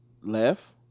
left